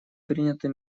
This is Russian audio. приняты